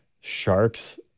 Sharks